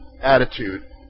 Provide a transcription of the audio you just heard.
attitude